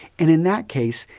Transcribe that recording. and in that case,